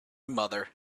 mother